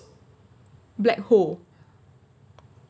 black hole